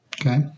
Okay